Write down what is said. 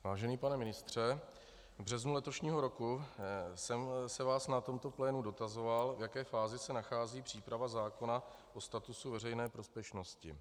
Vážený pane ministře, v březnu letošního roku jsem se vás na tomto plénu dotazoval, v jaké fázi se nachází příprava zákona o statusu veřejné prospěšnosti.